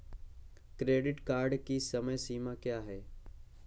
Credit card की समय सीमा क्या है?